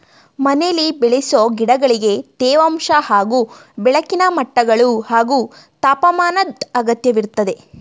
ಮನೆಲಿ ಬೆಳೆಸೊ ಗಿಡಗಳಿಗೆ ತೇವಾಂಶ ಹಾಗೂ ಬೆಳಕಿನ ಮಟ್ಟಗಳು ಹಾಗೂ ತಾಪಮಾನದ್ ಅಗತ್ಯವಿರ್ತದೆ